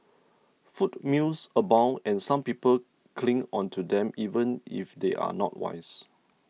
food myths abound and some people cling onto them even if they are not wise